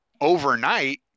overnight